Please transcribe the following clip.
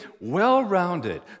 well-rounded